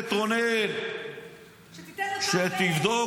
השופטת רונן -- שתיתן לו ----- שתבדוק